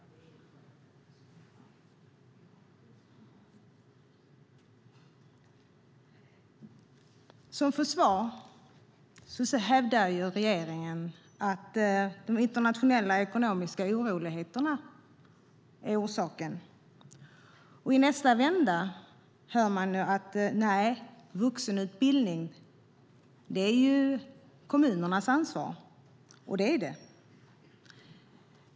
Som försvar hävdar regeringen att de internationella ekonomiska oroligheterna är orsaken. I nästa stund hör man att vuxenutbildningen är kommunernas ansvar, och det stämmer.